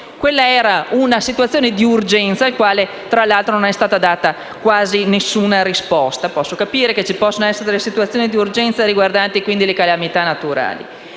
Quella era una situazione d'urgenza alla quale, tra l'altro, non è stata data quasi nessuna risposta. Capisco che vi possano essere situazioni di urgenza riguardanti le calamità naturali.